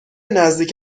نزدیک